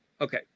Okay